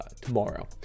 tomorrow